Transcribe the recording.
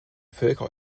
völker